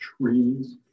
trees